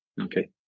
okay